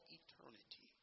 eternity